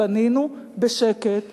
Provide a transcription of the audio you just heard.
בנינו בשקט בגושים,